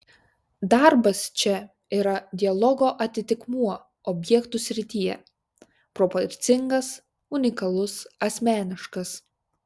darbas čia yra dialogo atitikmuo objektų srityje proporcingas unikalus asmeniškas